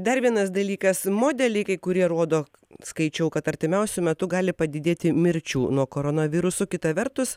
dar vienas dalykas modeliai kai kurie rodo skaičiau kad artimiausiu metu gali padidėti mirčių nuo koronaviruso kita vertus